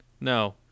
No